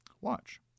watch